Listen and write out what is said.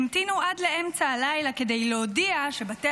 המתינו עד לאמצע הלילה כדי להודיע שבבתי